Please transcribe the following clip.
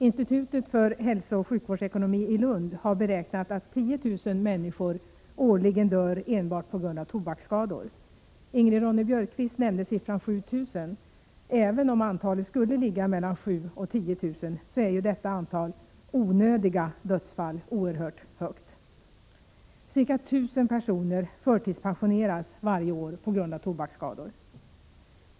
Institutet för hälsooch sjukvårdsekonomi i Lund har beräknat att 10 000 människor årligen dör enbart på grund av tobaksskador. Ingrid Ronne Björkqvist nämnde 7 000, men även om det är 7 000 eller 10 000 är detta antal onödiga dödsfall oerhört högt. Ca 1 000 personer förtidspensioneras varje år på grund av tobaksskador.